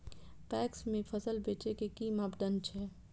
PACS में फसल बेचे के कि मापदंड छै?